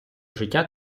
життя